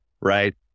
right